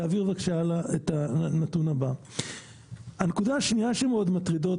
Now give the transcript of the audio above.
הנקודה השניה שמאוד מטרידה,